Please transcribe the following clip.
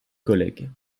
collègues